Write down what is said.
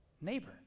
neighbor